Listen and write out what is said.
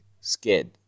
scared